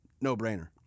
No-brainer